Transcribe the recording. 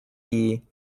and